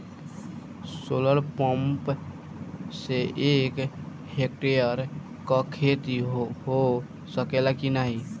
Solar pump से एक hectare क खेती हो सकेला की नाहीं?